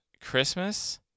Christmas